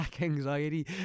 anxiety